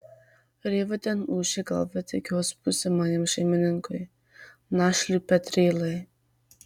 rėva ten ūžė galvą tik jos būsimajam šeimininkui našliui petrylai